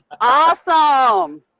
Awesome